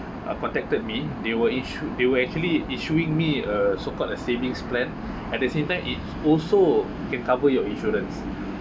uh protected me they will insure they were actually issuing me uh so called a savings plan at the same time it also can cover your insurance